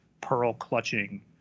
pearl-clutching